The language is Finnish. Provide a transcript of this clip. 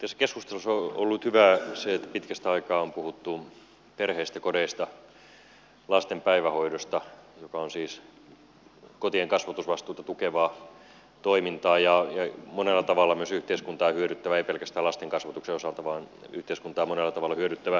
tässä keskustelussa on ollut hyvää se että pitkästä aikaa on puhuttu perheistä kodeista lasten päivähoidosta joka on siis kotien kasvatusvastuuta tukevaa toimintaa ja monella tavalla myös yhteiskuntaa hyödyttävää ei pelkästään lasten kasvatuksen osalta vaan yhteiskuntaa monella tavalla hyödyttävää palvelua